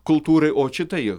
kultūrai o čia tai